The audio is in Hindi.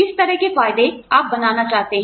किस तरह के फायदे आप बनाना चाहते हैं